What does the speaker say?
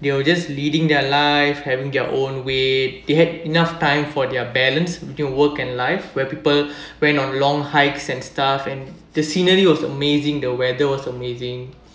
they will just leading their life having their own way they had enough time for their balance between work and life where people went on long hikes and stuff and the scenery was amazing the weather was amazing